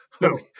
No